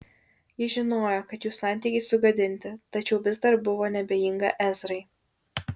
ji žinojo kad jų santykiai sugadinti tačiau vis dar buvo neabejinga ezrai